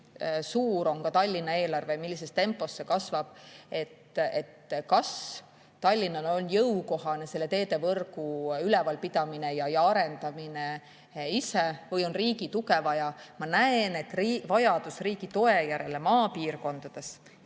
suur on Tallinna eelarve ja millises tempos see kasvab, siis kas Tallinnale on jõukohane seda teevõrku ise üleval pidada ja arendada või on riigi tuge vaja? Ma näen, et vajadus riigi toe järele maapiirkondades